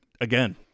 Again